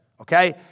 Okay